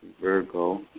Virgo